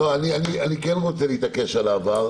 אני כן רוצה להתעקש על העבר.